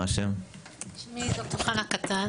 שמי ד"ר חנה קטן,